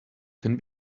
can